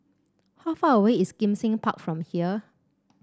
how far away is Kim Seng Park from here